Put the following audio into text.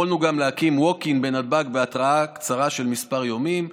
יכולנו גם להקים Walk in בהתראה קצרה של כמה ימים,